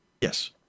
Yes